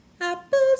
Apples